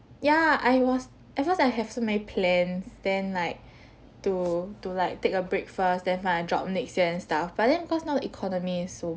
ya I was at first I have so many plans then like to to like take a break first then find a job next year and stuff but then because now economy is so